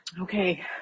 Okay